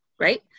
right